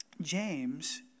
James